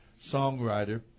songwriter